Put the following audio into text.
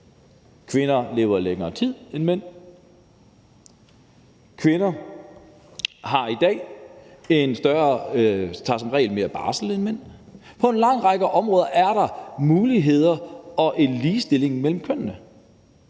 Kvinder lever længere tid end mænd. Kvinder tager i dag som regel mere barsel end mænd. På en lang række områder er der lige muligheder og ligestilling mellem kønnene.